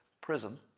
prison